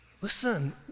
listen